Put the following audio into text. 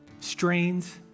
strains